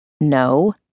No